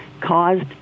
caused